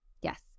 Yes